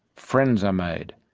friends are made,